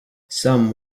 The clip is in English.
some